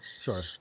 sure